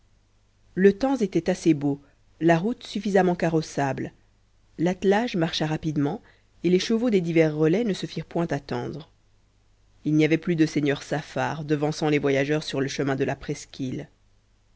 le temps était assez beau la route suffisamment carrossable l'attelage marcha rapidement et les chevaux des divers relais ne se firent point attendre il n'y avait plus de seigneur saffar devançant les voyageurs sur le chemin de la presqu'île